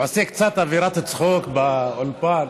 הוא עושה קצת אווירת צחוק באולפן.